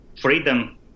freedom